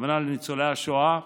הכוונה לניצולי השואה,